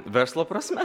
verslo prasme